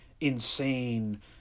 insane